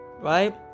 right